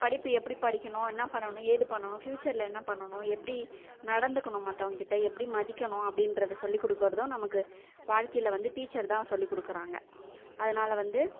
படிப்பு எப்படி படிக்குணும் என்ன பண்ணணும் ஏது பண்ணணும் ஃபியூச்சரில் என்ன பண்ணணும் எப்படி நடந்துக்கணும் மத்தவங்கக்கிட்டே எப்படி மதிக்கணும் அப்படின்றத சொல்லிக் கொடுக்கிறதும் நமக்கு வாழ்க்கையில் வந்து டீச்சர் தான் சொல்லிக் கொடுக்குறாங்க அதனால வந்து